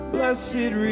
Blessed